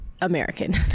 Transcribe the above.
American